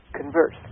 converse